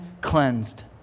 cleansed